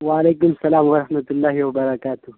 و علیکم السلام و رحمۃ اللہ و برکاتہ